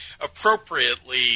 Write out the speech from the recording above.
appropriately